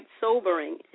sobering